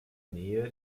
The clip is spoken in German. nähe